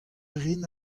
rin